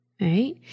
Right